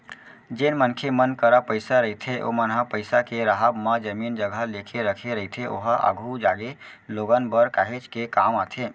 जेन मनखे मन करा पइसा रहिथे ओमन ह पइसा के राहब म जमीन जघा लेके रखे रहिथे ओहा आघु जागे लोगन बर काहेच के काम आथे